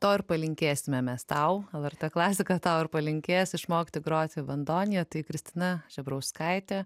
to ir palinkėsime mes tau lrt klasika tau ir palinkės išmokti groti bandonija tai kristina žebrauskaitė